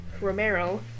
Romero